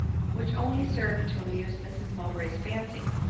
which only served to amuse mrs mowbray's fancy,